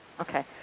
Okay